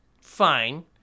fine